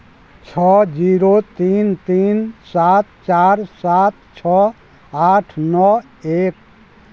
छओ जीरो तीन तीन सात चारि सात छओ आठ नओ एक